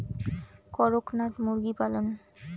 করকনাথ মুরগি পালন?